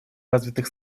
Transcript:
развитых